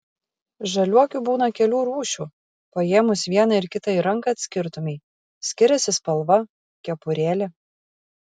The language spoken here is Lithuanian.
žaliuokių būna kelių rūšių paėmus vieną ir kitą į ranką atskirtumei skiriasi spalva kepurėlė